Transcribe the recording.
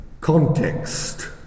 context